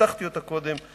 ניתחתי אותה קודם,